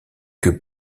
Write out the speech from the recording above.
que